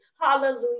hallelujah